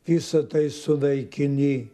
visa tai sunaikini